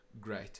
great